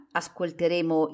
ascolteremo